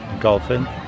golfing